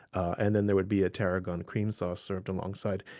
and then there would be a tarragon cream sauce served alongside.